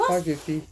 why fifty